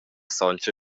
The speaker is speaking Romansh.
sontga